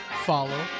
follow